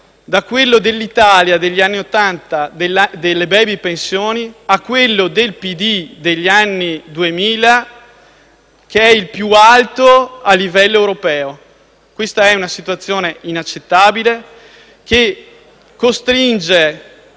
da quello dell'Italia degli anni Ottanta, delle *baby* pensioni, a quello del PD degli anni 2000, che è il più alto a livello europeo. È una situazione inaccettabile che costringe